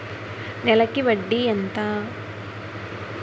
నెలకి వడ్డీ ఎంత?